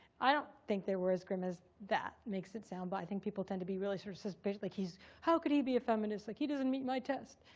i don't think they were as grim as that makes it sound, but i think people tend to be really sort of suspicious. like how could he be a feminist? like he doesn't meet my test.